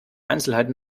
einzelheiten